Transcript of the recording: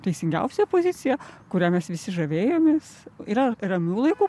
teisingiausia pozicija kuria mes visi žavėjomės yra ramių laikų